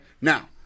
Now